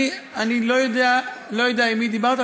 אני לא יודע עם מי דיברת,